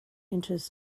inches